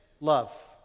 Love